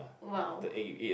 !wow!